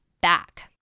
back